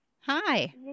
Hi